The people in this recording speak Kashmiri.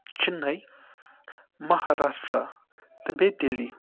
چِنٕے مہاراشٹرٛا تہٕ بیٚیہِ دِلی